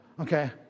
okay